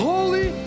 Holy